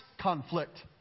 conflict